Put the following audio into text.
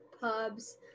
pubs